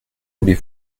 voulez